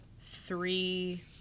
three